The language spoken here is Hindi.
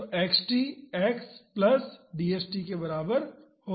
तो xt x प्लस dst के बराबर होगा